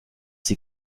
sie